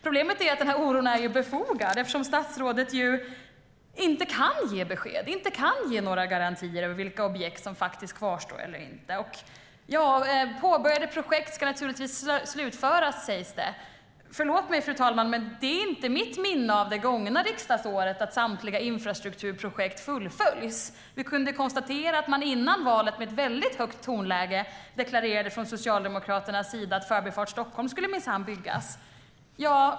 Problemet är att oron är befogad, eftersom statsrådet inte kan ge besked och inte kan ge några garantier när det gäller vilka objekt som kvarstår eller inte. Påbörjade projekt ska naturligtvis slutföras, sägs det. Förlåt mig, fru talman, men det är inte mitt minne av det gångna riksdagsåret att samtliga infrastrukturprojekt fullföljs. Vi kunde konstatera att man före valet i ett högt tonläge från Socialdemokraternas sida deklarerade att Förbifart Stockholm minsann skulle byggas.